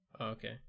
Okay